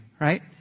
right